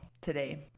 today